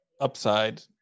upside